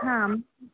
हां